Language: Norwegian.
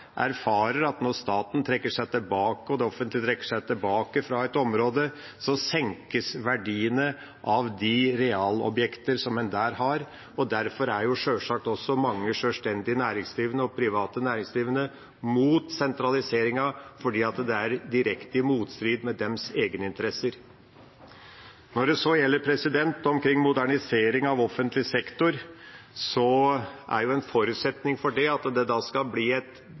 erfarer sentraliseringens konsekvenser, erfarer at når staten trekker seg tilbake, når det offentlige trekker seg tilbake fra et område, senkes verdien av de realobjekter som en har. Derfor er sjølsagt mange sjølstendig næringsdrivende og private næringsdrivende mot sentralisering fordi det står i direkte motstrid til deres egeninteresser. Når det så gjelder modernisering av offentlig sektor, er en forutsetning for det at det skal bli et